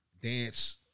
dance